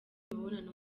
imibonano